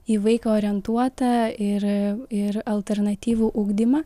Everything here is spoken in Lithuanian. į vaiką orientuotą ir ir alternatyvų ugdymą